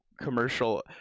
commercial